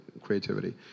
creativity